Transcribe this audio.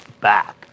back